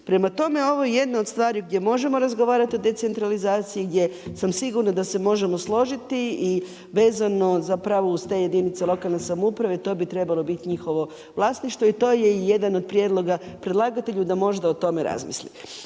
Prema tome, ovo je jedno od stvari gdje možemo razgovarati o decentralizaciji jer sam sigurna da se možemo složiti i vezano uz te jedinice lokalne samouprave to bi trebalo biti njihovo vlasništvo i to je jedan od prijedloga predlagatelju da možda o tome razmisli.